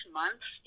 months